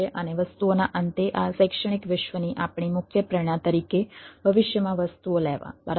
અને વસ્તુઓના અંતે આ શૈક્ષણિક વિશ્વની આપણી મુખ્ય પ્રેરણા તરીકે ભવિષ્યમાં વસ્તુઓ લેવા બરાબર